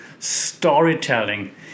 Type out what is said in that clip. storytelling